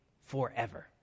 forever